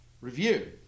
Review*